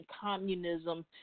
communism